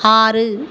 ஆறு